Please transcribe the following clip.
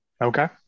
Okay